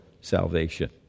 salvation